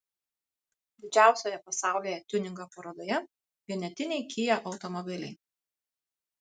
didžiausioje pasaulyje tiuningo parodoje vienetiniai kia automobiliai